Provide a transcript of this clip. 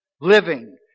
living